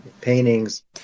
paintings